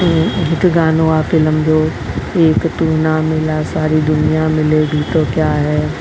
हिकु गानो आ फिलम जो एक तूं ना मिला सारी दुनिया मिले भी तो किया है